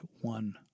one